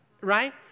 right